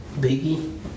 Biggie